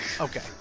Okay